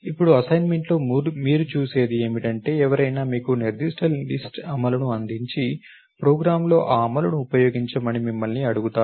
ఇప్పుడు అసైన్మెంట్లో మీరు చూసేది ఏమిటంటే ఎవరైనా మీకు నిర్దిష్ట లిస్ట్ అమలును అందించి ప్రోగ్రామ్లో ఆ అమలును ఉపయోగించమని మిమ్మల్ని అడుగుతారు